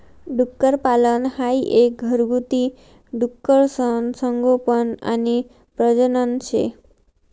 डुक्करपालन हाई एक घरगुती डुकरसनं संगोपन आणि प्रजनन शे